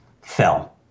fell